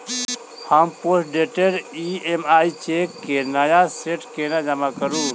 हम postdated EMI cheque केँ नया सेट केना जमा करू?